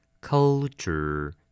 Culture